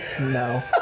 No